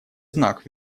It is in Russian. знак